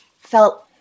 felt